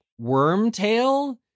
Wormtail